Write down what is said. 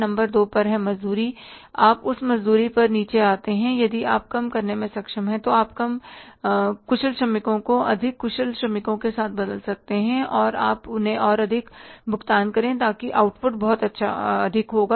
number दो पर है मजदूरी आप उस मजदूरी पर नीचे आते हैं यदि आप कम करने में सक्षम हैं तो आप कम कुशल श्रमिकों को अधिक कुशल श्रमिकों के साथ बदल सकते हैं और आप उन्हें और भी अधिक भुगतान करें लेकिन आउटपुट बहुत अधिक होगा